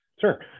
Sure